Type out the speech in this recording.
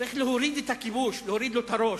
צריך להוריד את הכיבוש, להוריד לו את הראש,